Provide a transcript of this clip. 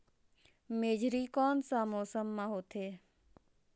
मेझरी कोन सा मौसम मां होथे?